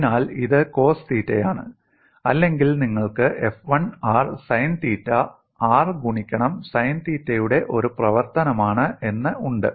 അതിനാൽ ഇത് കോസ് തീറ്റയാണ് അല്ലെങ്കിൽ നിങ്ങൾക്ക് f 1 r സൈൻ തീറ്റ r ഗുണിക്കണം സൈൻ തീറ്റയുടെ ഒരു പ്രവർത്തനമാണ് ഫംഗ്ഷൻ എന്ന് ഉണ്ട്